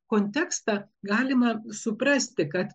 kontekstą galima suprasti kad